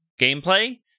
gameplay